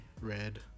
red